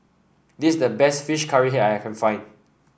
this is the best fish curry head that I can find